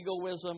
egoism